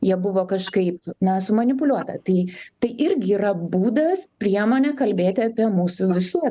ja buvo kažkaip na sumanipuliuota tai tai irgi yra būdas priemonė kalbėti apie mūsų visų